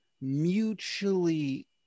mutually